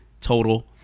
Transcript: total